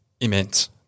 immense